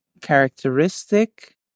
characteristic